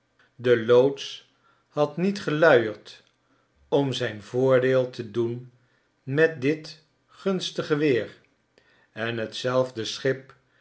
de loods had niet geluierd om zijn voordeel te doen met dit gunstige weer en hetzelfde schip